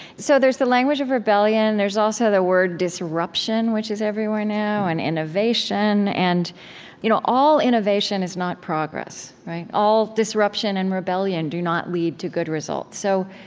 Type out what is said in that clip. so there's the language of rebellion. there's also the word disruption, which is everywhere now, and innovation. and you know all all innovation is not progress, right? all disruption and rebellion do not lead to good results. so,